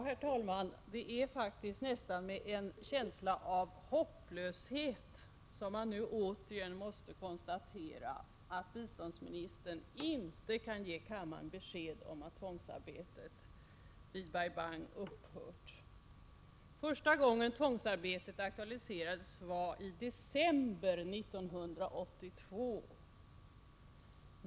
Herr talman! Det är faktiskt nästan med en känsla av hopplöshet som man nu återigen måste konstatera att biståndsministern inte kan ge kammaren besked om att tvångsarbetet vid Bai Bang upphört. Första gången tvångsarbetet aktualiserades var i december 1982.